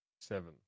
Seven